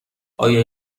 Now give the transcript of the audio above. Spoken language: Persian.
آیا